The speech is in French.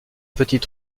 petite